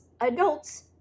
adults